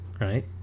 right